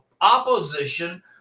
opposition